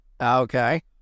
Okay